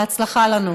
בהצלחה לנו.